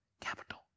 Capital